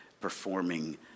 performing